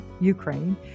Ukraine